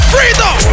Freedom